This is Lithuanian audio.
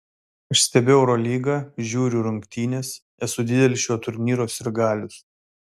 aš stebiu eurolygą žiūriu rungtynes esu didelis šio turnyro sirgalius